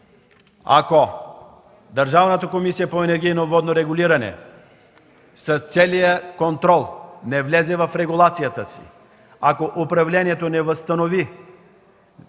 Ако Държавната комисия по енергийно и водно регулиране с целия контрол не влезе в регулацията си, ако управлението не възстанови